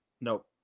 Nope